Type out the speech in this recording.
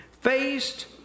faced